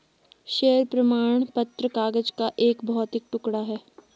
share प्रमाण पत्र कागज का एक भौतिक टुकड़ा है